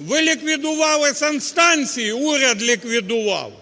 Ви ліквідували санстанцію, уряд ліквідував,